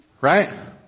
Right